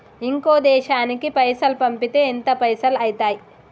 ఇంకో దేశానికి పైసల్ పంపితే ఎంత పైసలు అయితయి?